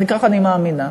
ככה אני מאמינה.